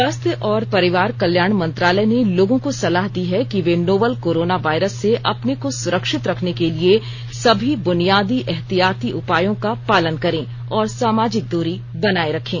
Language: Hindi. स्वास्थ्य और परिवार कल्याण मंत्रालय ने लोगों को सलाह दी है कि वे नोवल कोरोना वायरस से अपने को सुरक्षित रखने के लिए सभी बुनियादी एहतियाती उपायों का पालन करें और सामाजिक दूरी बनाए रखें